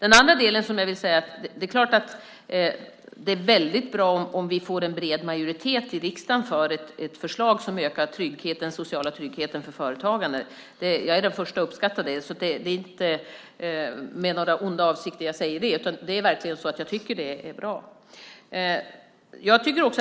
Jag vill också säga att det är klart att det är väldigt bra om vi får en bred majoritet i riksdagen för ett förslag som ökar den sociala tryggheten för företagandet. Jag är den första att uppskatta det. Det är alltså inte med några onda avsikter jag säger det, utan jag tycker verkligen att det är bra.